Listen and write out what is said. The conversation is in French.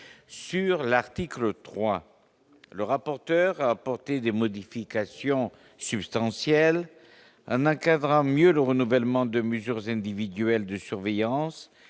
sur l'article 3, le rapporteur a apporté des modifications substantielles un encadrant mieux le renouvellement de mesures individuelles de surveillance